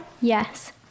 Yes